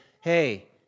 hey